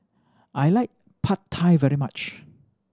I like Pad Thai very much